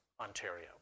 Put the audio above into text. Ontario